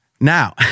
Now